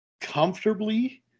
comfortably